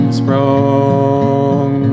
sprung